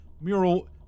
Mural